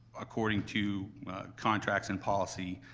according to contracts and policy,